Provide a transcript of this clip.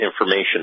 information